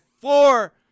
four